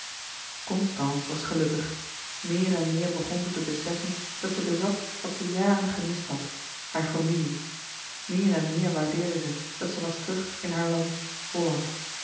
constance was gelukkig meer en meer begon zij te beseffen dat zij bezat wat zij jaren gemist had hare familie meer en meer waardeerde zij dat zij was terug in haar land holland